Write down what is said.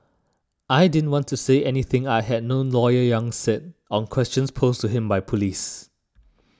I didn't want to say anything I had no lawyer Yang said on questions posed to him by police